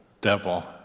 Devil